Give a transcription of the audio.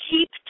keep